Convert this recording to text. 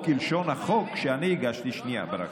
או כלשון החוק שאני הגשתי, אבל,